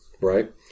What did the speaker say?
right